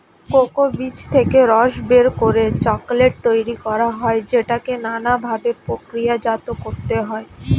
cocoa বীজ থেকে রস বের করে চকোলেট তৈরি করা হয় যেটাকে নানা ভাবে প্রক্রিয়াজাত করতে হয়